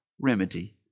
remedy